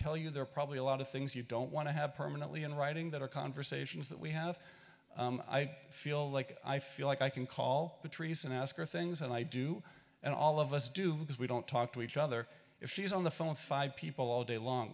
tell you there are probably a lot of things you don't want to have permanently in writing that our conversations that we have i feel like i feel like i can call patrice and ask her things and i do and all of us do because we don't talk to each other if she's on the phone five people all day long